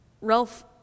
Ralph